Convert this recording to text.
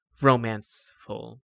romanceful